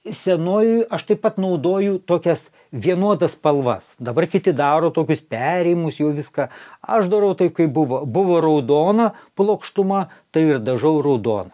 seno aš taip pat naudoju tokias vienodas spalvas dabar kiti daro tokius perėjimus jau viską aš darau taip kaip buvo buvo raudona plokštuma tai ir dažau raudona